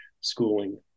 schooling